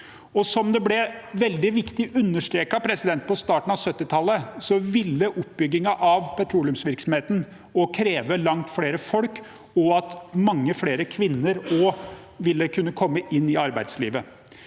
som det veldig viktig ble understreket på starten av 1970-tallet, ville oppbyggingen av petroleumsvirksomheten også kreve langt flere folk og at mange flere kvinner kom inn i arbeidslivet.